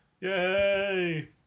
Yay